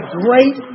great